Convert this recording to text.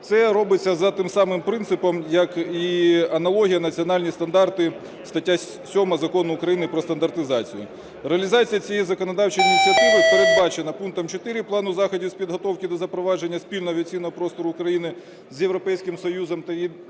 Це робиться за тим самим принципом, як і аналогія національні стандарти, стаття 7 Закону України "Про стандартизацію". Реалізація цієї законодавчої ініціативи передбачена пунктом 4 Плану заходів з підготовки до запровадження спільного авіаційного простору України з Європейським Союзом та її